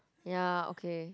ya okay